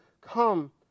come